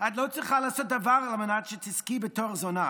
את לא צריכה לעשות דבר על מנת לזכות בתואר "זונה"